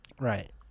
Right